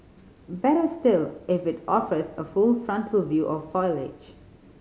better still if it offers a full frontal view of foliage